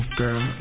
girl